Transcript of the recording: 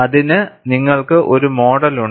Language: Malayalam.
അതിന് നിങ്ങൾക്ക് ഒരു മോഡലുണ്ട്